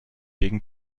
gegen